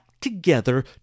together